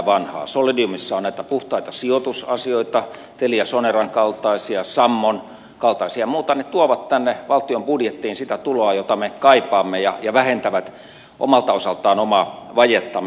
solidiumissa on näitä puhtaita sijoitusasioita teliasoneran kaltaisia sammon kaltaisia ja muita ja ne tuovat tänne valtion budjettiin sitä tuloa jota me kaipaamme ja vähentävät omalta osaltaan omaa vajettamme